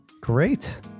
Great